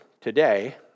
today